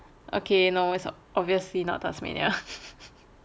okay no it's obviously not tasmania